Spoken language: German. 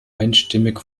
einstimmig